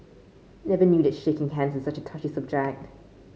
never knew that shaking hands is such a touchy subject